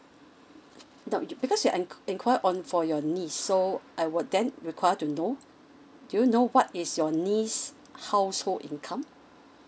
now because you in~ inquire on for your niece so I would then require to know do you know what is your niece's household income